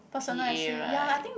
P_A right